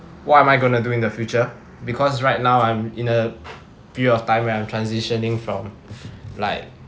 why am I going to do in the future because right now I'm in a period of time where I'm transitioning from like